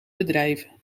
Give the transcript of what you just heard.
bedrijven